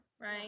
right